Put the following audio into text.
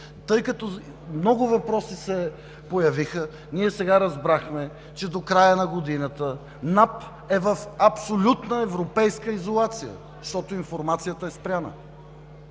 появиха много въпроси? Ние сега разбрахме, че до края на годината НАП е в абсолютна европейска изолация, защото информацията е спряна.